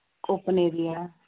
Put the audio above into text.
open area